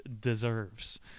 deserves